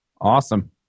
Awesome